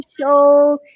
Show